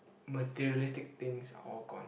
materialistic things are all gone